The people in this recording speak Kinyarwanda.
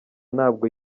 ntabwo